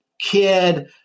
kid